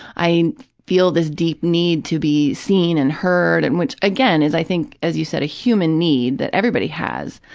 i feel this deep need to be seen and heard, and which, again, is, i think, as you said, a human need that everybody has,